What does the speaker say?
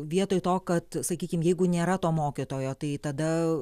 vietoj to kad sakykim jeigu nėra to mokytojo tai tada